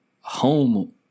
home